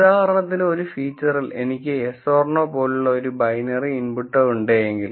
ഉദാഹരണത്തിന് ഒരു ഫീച്ചറിൽ എനിക്ക് yes or no പോലുള്ള ഒരു ബൈനറി ഇൻപുട്ട് ഉണ്ടെങ്കിൽ